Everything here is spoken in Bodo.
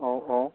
औ औ